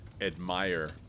admire